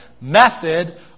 method